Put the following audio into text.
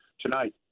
tonight